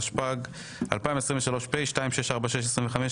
התשפ"ג 2023 (פ/2646/25),